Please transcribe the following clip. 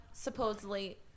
supposedly